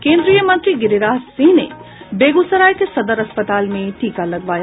केन्द्रीय मंत्री गिरिराज सिंह ने बेगूसराय के सदर अस्पताल में टीका लगवाया